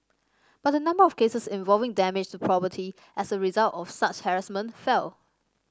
but the number of cases involving damage to property as a result of such harassment fell